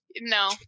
No